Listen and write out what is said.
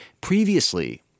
previously